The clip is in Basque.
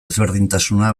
ezberdintasuna